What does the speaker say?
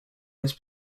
this